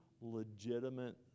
legitimate